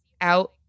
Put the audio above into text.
out